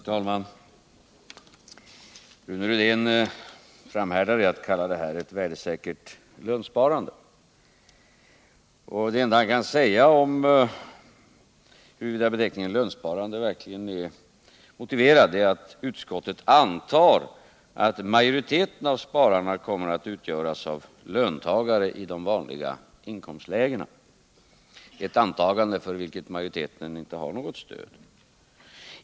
Herr talman! Rune Rydén framhärdar i att kalla detta ett värdesiäkert lönsparande. Det enda han kan säga om huruvida beteckningen ”lönsparande” verkligen är motiverad är att utskottet antar att majoriteten av spararna kommer att utgöras av löntagare i de vanliga inkomstlägena — ett antagande för vilket majoriteten inte har något stöd.